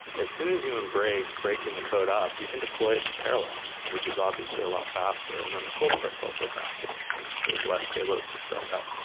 as soon as you embrace breaking the code up, you can deploy it in parallel, which is obviously a lot faster and then the cold start is also faster, so there's less payload to start up.